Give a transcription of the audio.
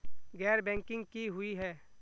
गैर बैंकिंग की हुई है?